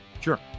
Sure